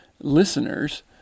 listeners